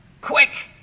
quick